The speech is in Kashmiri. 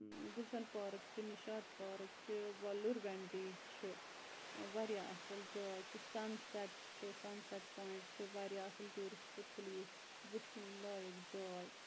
گُلشَن پارک چھِ نِشاط پارک چھِ ووٚلُر ونٹیج چھ واریاہ اصل جاے چھِ سَن سیٚٹ چھُ سَن سیٚٹ پوٚیِنٛٹ چھُ واریاہ اصل ٹوٗرِسٹہ پلیس وٕچھِنۍ لایق جاے